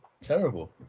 Terrible